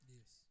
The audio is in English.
Yes